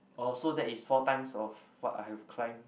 oh so that is four times of what I have climb